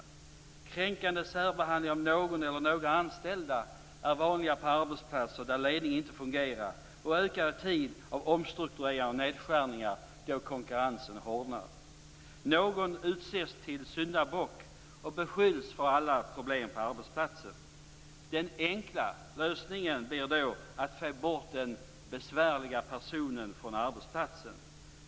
Kränkande särbehandling av någon eller några anställda är vanlig på arbetsplatser där ledningen inte fungerar och ökar i tider av omstrukturering och nedskärning, då konkurrensen hårdnar. Någon utses till syndabock och beskylls för alla problem på arbetsplatsen. Den "enkla" lösningen blir då att få bort den "besvärliga" personen från arbetsplatsen.